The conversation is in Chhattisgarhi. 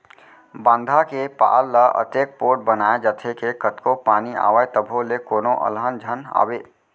बांधा के पार ल अतेक पोठ बनाए जाथे के कतको पानी आवय तभो ले कोनो अलहन झन आवय